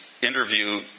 interview